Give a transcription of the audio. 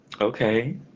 Okay